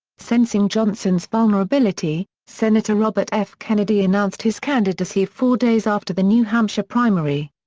sensing johnson's vulnerability, senator robert f. kennedy announced his candidacy four days after the new hampshire primary.